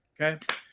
Okay